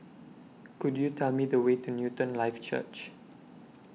Could YOU Tell Me The Way to Newton Life Church